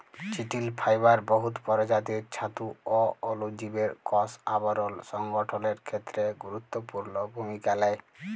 চিটিল ফাইবার বহুত পরজাতির ছাতু অ অলুজীবের কষ আবরল সংগঠলের খ্যেত্রে গুরুত্তপুর্ল ভূমিকা লেই